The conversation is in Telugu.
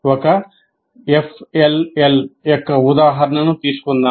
ఒక FLL యొక్క ఉదాహరణను తీసుకుందాం